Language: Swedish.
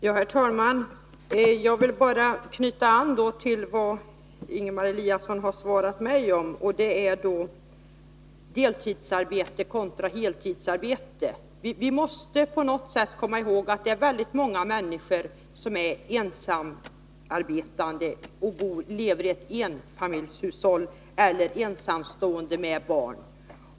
Herr talman! Jag vill bara knyta an till vad Ingemar Eliasson har svarat mig när det gäller deltidsarbete kontra heltidsarbete. Vi måste komma ihåg att det är väldigt många människor som är ensamarbetande och lever i ett enfamiljshushåll eller är ensamstående med barn.